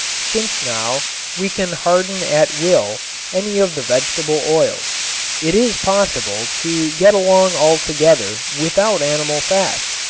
since now we can harden at will any of the vegetable oils it is possible to get along altogether without animal fats.